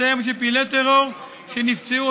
ייתן לאנשים להגיע למקומות שהם צריכים